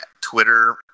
Twitter